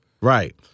Right